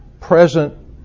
present